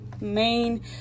main